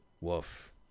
Woof